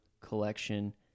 collection